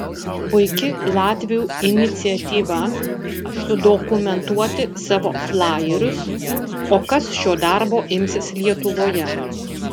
puiki latvių iniciatyva sudokumentuoti savo flajerius o kas šio darbo imsis lietuvoje